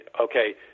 okay